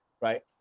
right